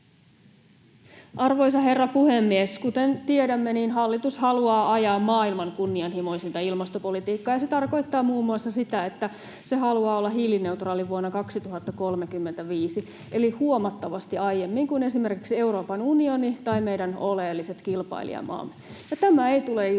Arvoisa herra puhemies! Kuten tiedämme, hallitus haluaa ajaa maailman kunnianhimoisinta ilmastopolitiikkaa, ja se tarkoittaa muun muassa sitä, että se haluaa olla hiilineutraali vuonna 2035 eli huomattavasti aiemmin kuin esimerkiksi Euroopan unioni tai meidän oleelliset kilpailijamaamme, ja tämä ei tule ilmaiseksi,